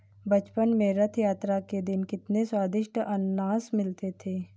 बचपन में रथ यात्रा के दिन कितने स्वदिष्ट अनन्नास मिलते थे